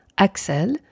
Axel